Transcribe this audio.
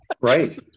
Right